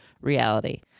reality